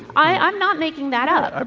i'm not making that up. ah